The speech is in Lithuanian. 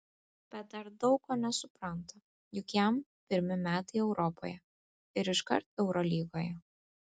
bet dar daug ko nesupranta juk jam pirmi metai europoje ir iškart eurolygoje